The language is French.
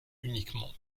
uniquement